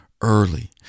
early